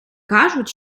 кажуть